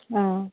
अँ